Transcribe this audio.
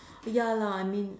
ya lah I mean